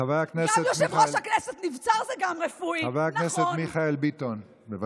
חבר הכנסת מיכאל ביטון, בבקשה.